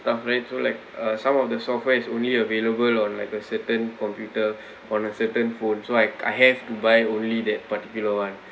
stuff right so like uh some of the software is only available on like a certain computer on a certain phones so I I have to buy only that particular [one]